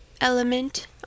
element